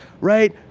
right